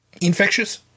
infectious